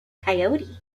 coyote